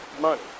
money